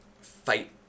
Fight